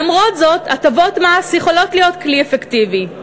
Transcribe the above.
למרות זאת הטבות מס יכולות להיות כלי אפקטיבי,